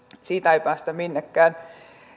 siitä ei päästä minnekään